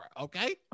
okay